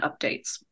updates